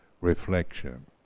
reflection